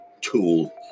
tool